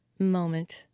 moment